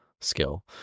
skill